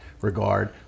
regard